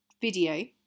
video